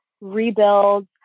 rebuild